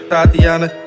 Tatiana